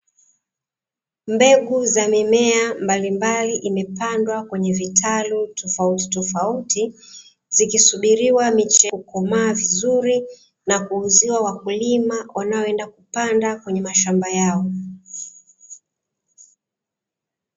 Mbegu za mimea mbalimbali imepandwa kwenye vitalu tofauti tofauti, zikisubiriwa miche kukomaa vizuri na kuuziwa wakulima wanaoenda kupanda kwenye mashamba yao.